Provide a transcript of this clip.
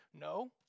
No